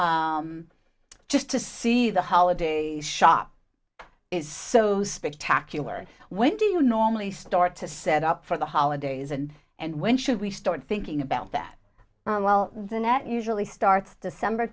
just to see the holiday shop is so spectacular when do you normally start to set up for the holidays and and when should we start thinking about that well the net usually starts december